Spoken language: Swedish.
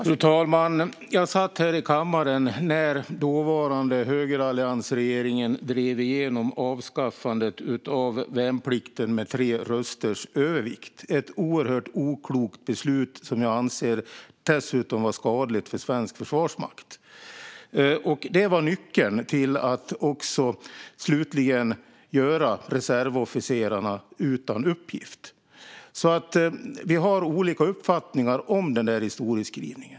Fru talman! Jag satt här i kammaren när dåvarande högeralliansregeringen drev igenom avskaffandet av värnplikten med tre rösters övervikt - ett oerhört oklokt beslut som jag anser dessutom var skadligt för svensk försvarsmakt. Detta var nyckeln till att reservofficerarna slutligen också blev utan uppgift. Vi har alltså olika uppfattningar om historieskrivningen.